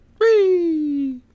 Free